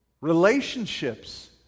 relationships